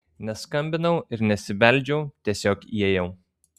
neskambinau ir nesibeldžiau tiesiog įėjau